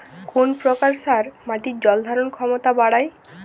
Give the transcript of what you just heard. কোন প্রকার সার মাটির জল ধারণ ক্ষমতা বাড়ায়?